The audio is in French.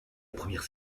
première